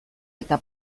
eta